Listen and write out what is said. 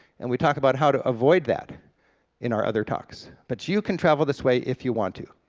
and we talked about how to avoid that in our other talks, but you can travel this way if you want to.